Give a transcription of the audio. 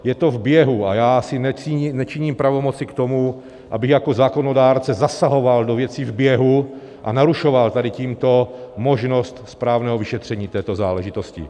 Je to v běhu a já si nečiním pravomoci k tomu, abych jako zákonodárce zasahoval do věcí v běhu a narušoval tady tímto možnost správného vyšetření této záležitosti.